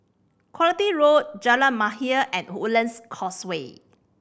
Quality Road Jalan Mahir and Woodlands Causeway